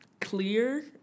clear